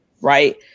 right